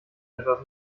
etwas